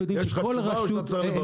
יש לך תשובה או שאתה צריך לברר?